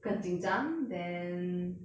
更紧张 then